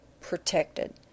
protected